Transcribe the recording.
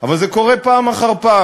אבל זה קורה פעם אחר פעם.